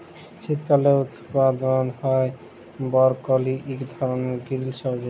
শীতকালে উৎপাদল হ্যয় বরকলি ইক ধরলের গিরিল সবজি